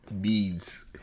Beads